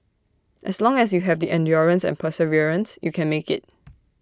as long as you have the endurance and perseverance you can make IT